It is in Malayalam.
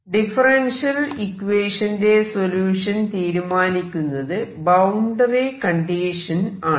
ഡിഫെറെൻഷ്യൽ ഇക്വേഷന്റെ സൊല്യൂഷൻ തീരുമാനിക്കുന്നത് ബൌണ്ടറി കണ്ടീഷൻ ആണ്